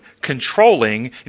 controlling